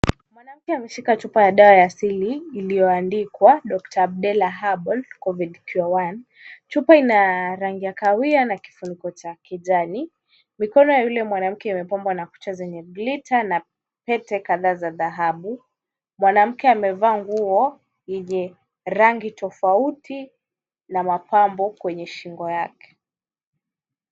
Mwanamke ameshika chupa ya dawa ya asili iliyoandikwa Doctor Abdella Herbal Covid Cure 1. Chupa ina rangi ya kahawia na kifuniko cha kijani. Mikono ya yule mwanamke imepambwa na kucha zenye glitter na pete kadhaa za dhahabu. Mwanamke amevaa nguo yenye rangi tofauti na mapambo kwenye shingo yake.